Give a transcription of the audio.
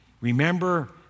remember